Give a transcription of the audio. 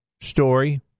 Story